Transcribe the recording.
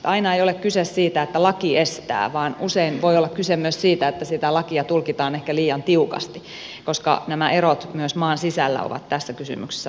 aina ei ole kyse siitä että laki estää vaan usein voi olla kyse myös siitä että sitä lakia tulkitaan ehkä liian tiukasti koska nämä erot myös maan sisällä ovat tässä kysymyksessä varsin isot